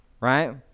right